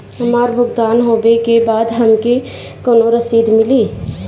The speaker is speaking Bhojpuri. हमार भुगतान होबे के बाद हमके कौनो रसीद मिली?